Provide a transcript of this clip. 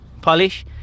polish